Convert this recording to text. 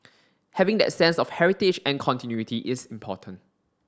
having that sense of heritage and continuity is important